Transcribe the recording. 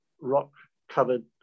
rock-covered